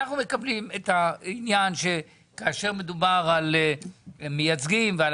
אנחנו מקבלים את העניין שכאשר מדובר על מייצגים ועל